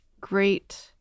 great